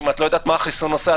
שאם את לא יודעת מה החיסון עושה,